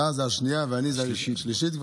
אתה זה השנייה, ואני זה, שלישית.